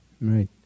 right